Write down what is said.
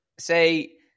Say